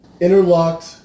interlocked